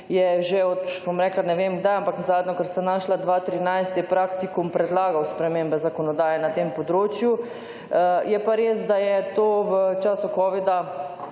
je že od, bom rekla ne vem kdaj, ampak zadnje, kar sem našla, 2013 je Praktikum predlagal spremembe zakonodaje na tem področju. Je pa res, da je to v času covida